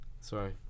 Sorry